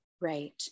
Right